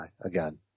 again